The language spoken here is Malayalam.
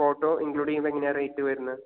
ഫോട്ടോ ഇൻക്ലൂഡ് ചെയ്യുമ്പോൾ എങ്ങനെയാണ് റേറ്റ് വരുന്നത്